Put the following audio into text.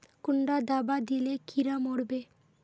कुंडा दाबा दिले कीड़ा मोर बे?